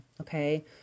Okay